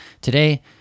today